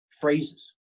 phrases